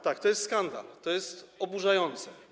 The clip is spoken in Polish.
Tak, to jest skandal, to jest oburzające.